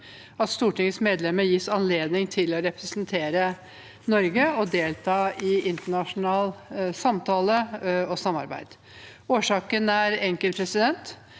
at Stortingets medlemmer gis anledning til å representere Norge og delta i internasjonal samtale og samarbeid. Årsaken er enkel: De